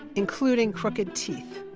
including crooked teeth.